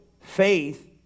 faith